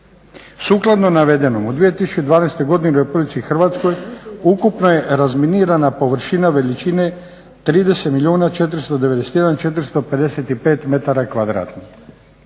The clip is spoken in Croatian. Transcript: Sukladno navedenom, u 2012. godini u Republici Hrvatskoj ukupno je razminirana površina veličine 30 milijuna 491 455 m2.